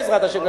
בעזרת השם,